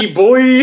boy